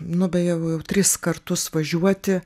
nu beje jau tris kartus važiuoti